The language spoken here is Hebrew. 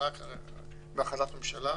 רק בהכרזת ממשלה.